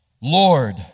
Lord